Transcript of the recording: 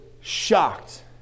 shocked